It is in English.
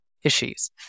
Issues